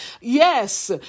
Yes